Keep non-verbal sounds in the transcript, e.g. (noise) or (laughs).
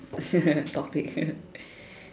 (laughs) topic